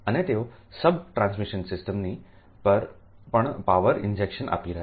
અને તેઓSUBટ્રાન્સમિશન સિસ્ટમ પરપણ પાવર ઇન્જેક્શન આપી રહ્યા છે